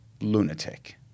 lunatic